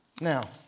Now